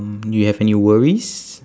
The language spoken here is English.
you have any worries